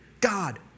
God